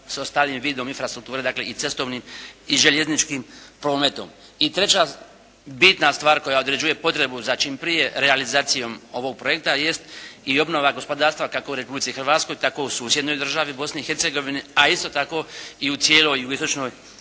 s ostalim vidom infrastrukture. Dakle i cestovnim i željezničkim prometom. I treća bitna stvar koja određuje potrebu za čim prije realizacijom ovog projekta jest i obnova gospodarstva kako u Republici Hrvatskoj tako u susjednoj državi Bosni i Hercegovini a isto tako i u cijeloj jugoistočnoj